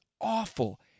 awful